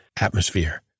atmosphere